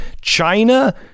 China